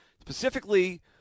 Specifically